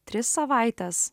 tris savaites